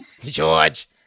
George